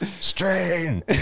Strain